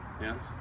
yes